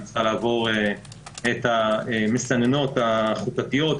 היא צריכה לעבור את המסננות החוקתיות,